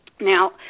now